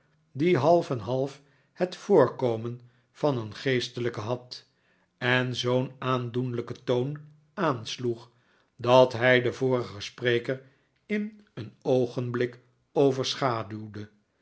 die half en half het voorkomen van een geestelijke had en zoo'n aandoenlijken toon aansloeg dat hij den vorigen spreker in een oogenblik overschaduwde